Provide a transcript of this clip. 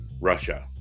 Russia